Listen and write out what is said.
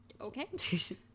Okay